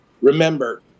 remember